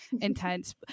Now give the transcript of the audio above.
intense